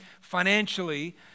financially